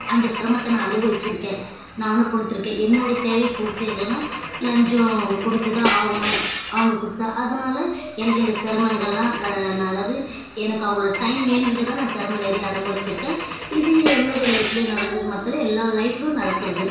அந்த சிரமத்தை நான் அனுபவிச்சிருக்கேன் நானும் கொடுத்துருக்கேன் என்னோடய தேவை பூர்த்தியாக்கணும்னா லஞ்சம் கொடுத்து தான் ஆகணும் அவங்க கொடுத்தா அதனால எனக்கு இந்த சிரமங்கள்லாம் க அதாவது எனக்கு அவங்களோட சைன் வேணும்றதுக்கா நான் சிரமம் நிறையா அனுபவிச்சிருக்கேன் இது என்னுடைய லைஃப்லேயே நடந்தது மட்டும் இல்லை எல்லார் லைஃப்லையும் நடக்கிறது